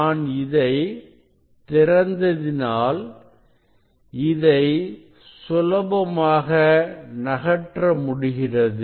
நான் இதை திறந்ததினால் இதை சுலபமாக நகற்ற முடிகிறது